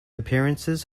appearances